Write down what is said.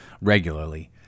regularly